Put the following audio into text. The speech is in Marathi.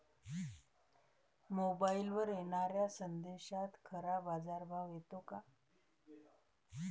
मोबाईलवर येनाऱ्या संदेशात खरा बाजारभाव येते का?